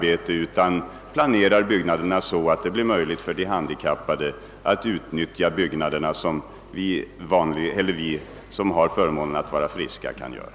De skall planera byggnaderna så, att de handikappade kan utnyttja lokaliteterna på samma sätt som vi andra, som har förmånen att vara friska, kan göra.